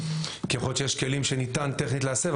כי יכול להיות שיש כלים שניתן טכנית להסב,